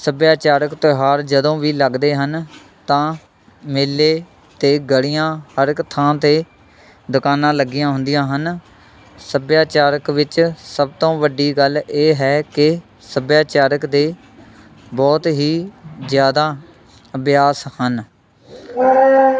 ਸੱਭਿਆਚਾਰਕ ਤਿਉਹਾਰ ਜਦੋਂ ਵੀ ਲੱਗਦੇ ਹਨ ਤਾਂ ਮੇਲੇ ਅਤੇ ਗਲੀਆਂ ਹਰ ਇੱਕ ਥਾਂ 'ਤੇ ਦੁਕਾਨਾਂ ਲੱਗੀਆਂ ਹੁੰਦੀਆਂ ਹਨ ਸੱਭਿਆਚਾਰਕ ਵਿੱਚ ਸਭ ਤੋਂ ਵੱਡੀ ਗੱਲ ਇਹ ਹੈ ਕਿ ਸੱਭਿਆਚਾਰਕ ਦੇ ਬਹੁਤ ਹੀ ਜ਼ਿਆਦਾ ਅਭਿਆਸ ਹਨ